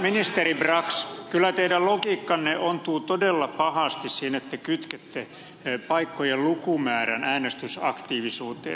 ministeri brax kyllä teidän logiikkanne ontuu todella pahasti siinä että kytkette paikkojen lukumäärän äänestysaktiivisuuteen